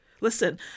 Listen